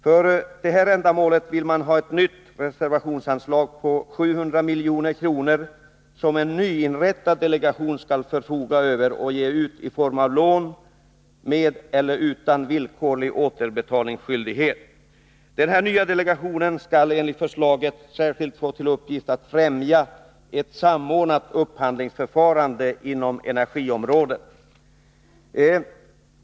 För detta ändamål vill man ha ett nytt reservationsanslag på 700 milj.kr., som en nyinrättad delegation skall förfoga över och ge ut i form av lån med eller utan villkorlig återbetalningsskyldighet. Denna nya delegation skall enligt förslaget särskilt få till uppgift att främja ett samordnat upphandlingsförfarande inom energiområdet.